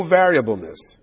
variableness